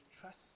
trust